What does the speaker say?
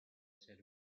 ser